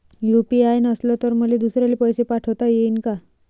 UPI नसल तर मले दुसऱ्याले पैसे पाठोता येईन का?